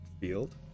field